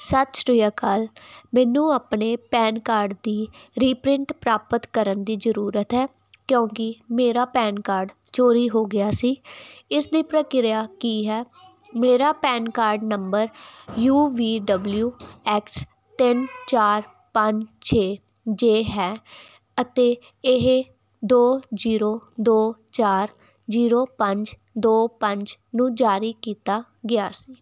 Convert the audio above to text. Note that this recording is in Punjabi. ਸਤਿ ਸ੍ਰੀ ਅਕਾਲ ਮੈਨੂੰ ਆਪਣੇ ਪੈਨ ਕਾਰਡ ਦੀ ਰੀਪ੍ਰਿੰਟ ਪ੍ਰਾਪਤ ਕਰਨ ਦੀ ਜ਼ਰੂਰਤ ਹੈ ਕਿਉਂਕਿ ਮੇਰਾ ਪੈਨ ਕਾਰਡ ਚੋਰੀ ਹੋ ਗਿਆ ਸੀ ਇਸ ਦੀ ਪ੍ਰਕਿਰਿਆ ਕੀ ਹੈ ਮੇਰਾ PAN card number U V W X ਤਿੰਨ ਚਾਰ ਪੰਜ ਛੇ ਜੇ ਹੈ ਅਤੇ ਇਹ ਦੋ ਜ਼ੀਰੋ ਦੋ ਚਾਰ ਜ਼ੀਰੋ ਪੰਜ ਦੋ ਪੰਜ ਨੂੰ ਜਾਰੀ ਕੀਤਾ ਗਿਆ ਸੀ